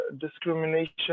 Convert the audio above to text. discrimination